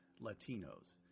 Latinos